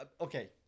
okay